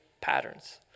patterns